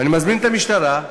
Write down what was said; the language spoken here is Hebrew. אני מזמין את המשטרה,